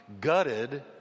gutted